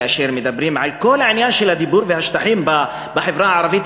כאשר מדברים על כל העניין של הדיור והשטחים בחברה הערבית,